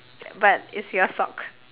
but it's your sock